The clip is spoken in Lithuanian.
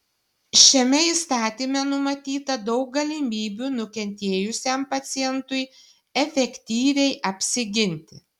šiame įstatyme numatyta daug galimybių nukentėjusiam pacientui efektyviai apsiginti